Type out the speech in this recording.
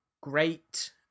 great